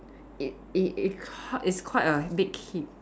it it it's qu~ it's quite a big hit